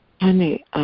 Honey